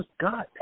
God